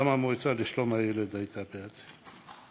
גם המועצה לשלום הילד הייתה בעד זה.